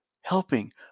helping